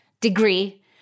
degree